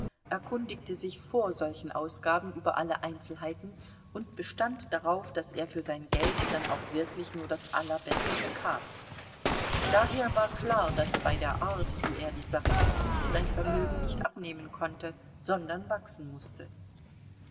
erkundigte sich vor solchen ausgaben über alle einzelheiten und bestand darauf daß er für sein geld dann auch wirklich nur das allerbeste bekam daher war klar daß bei der art wie er die sache betrieb sein vermögen nicht abnehmen konnte sondern wachsen mußte